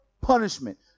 punishment